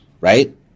right